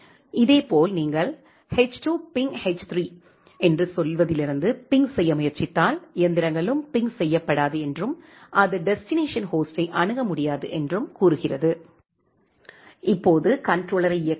இதேபோல் நீங்கள் எச்2 பிங் எச்3 என்று சொல்வதிலிருந்து பிங் செய்ய முயற்சித்தால் எந்திரங்களும் பிங் செய்யப்படாது என்றும் அது டெஸ்டினேஷன் ஹோஸ்டை அணுக முடியாது என்றும் கூறுகிறது இப்போது கண்ட்ரோலரை இயக்குவோம்